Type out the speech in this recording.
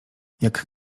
jak